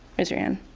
raise your hand.